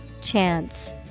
Chance